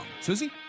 Susie